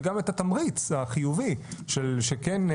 וגם את התמריץ החיובי של אלה שכן,